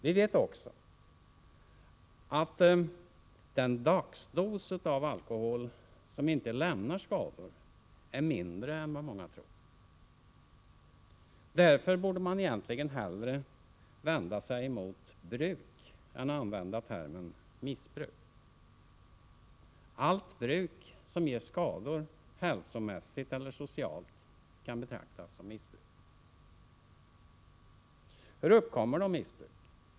Vi vet också att den dagsdos av alkohol som inte lämnar skador är mindre än vad många tror. Därför borde man egentligen hellre vända sig mot bruk än använda termen missbruk. Allt bruk som ger skador, hälsomässigt eller socialt, kan betraktas som missbruk. Hur uppkommer då missbruk?